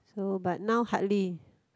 so but now hardly